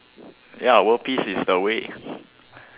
ya world peace is the way